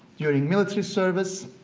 during military service,